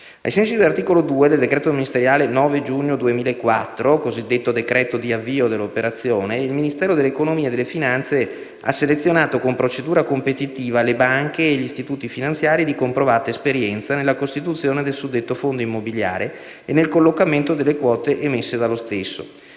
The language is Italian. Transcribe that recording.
Ai sensi dell'articolo 2 del decreto ministeriale 9 giugno 2004 (cosiddetto decreto di avvio dell'operazione), il Ministero dell'economia e delle finanze ha selezionato con procedura competitiva le banche e gli istituti finanziari di comprovata esperienza nella costituzione del suddetto Fondo immobiliare e nel collocamento delle quote emesse dallo stesso.